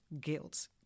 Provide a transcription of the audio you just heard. guilt